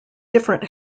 different